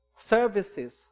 services